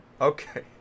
Okay